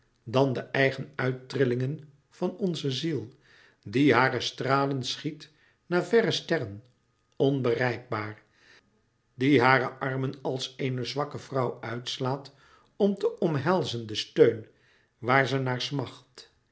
dan de eigen uittrillingen van onze ziel die hare stralen schiet naar verre sterren onbereikbaar die hare armen als een zwakke vrouw uitslaat om te omhelzen den steun waar ze naar smacht